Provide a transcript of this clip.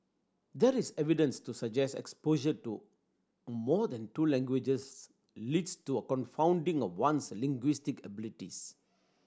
there is no evidence to suggest exposure to more than two languages leads to a confounding of one's linguistic abilities